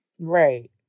Right